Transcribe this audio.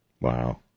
Wow